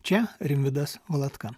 čia rimvydas valatka